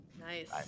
Nice